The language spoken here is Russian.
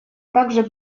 также